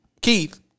Keith